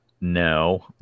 No